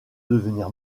devenir